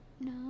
No